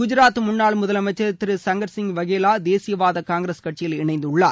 குஜராத் முன்னாள் முதலமைச்ச் திரு சங்கர் சிங் வகேலா தேசியவாத காங்கிரஸ் கட்சியில் இணைந்துள்ளார்